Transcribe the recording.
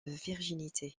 virginité